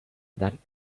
that